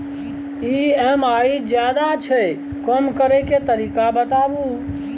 EMI ज्यादा छै कम करै के तरीका बताबू?